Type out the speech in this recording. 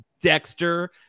Dexter